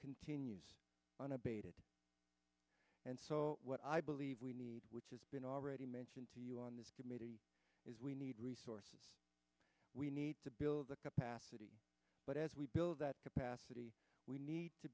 continues unabated and so what i believe we need which has been already mentioned to you on this committee is we need resources we need to build the capacity but as we build that capacity we need to